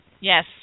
Yes